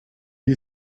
you